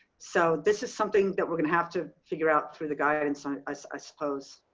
so this is something that we're going to have to figure out through the guidance, i suppose.